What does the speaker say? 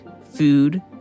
food